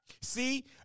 see